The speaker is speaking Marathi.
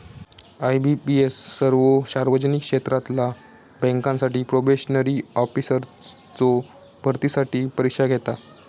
आय.बी.पी.एस सर्वो सार्वजनिक क्षेत्रातला बँकांसाठी प्रोबेशनरी ऑफिसर्सचो भरतीसाठी परीक्षा घेता